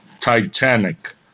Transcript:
titanic